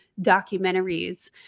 documentaries